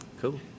Cool